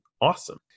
awesome